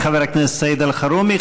תודה לחבר הכנסת סעיד אלחרומי.